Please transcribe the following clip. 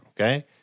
okay